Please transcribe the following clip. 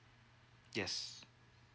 yes